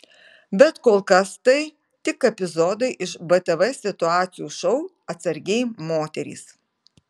bet kol kas tai tik epizodai iš btv situacijų šou atsargiai moterys